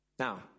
Now